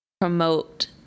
promote